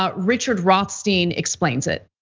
ah richard rothstein explains it.